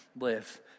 live